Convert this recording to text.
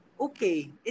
okay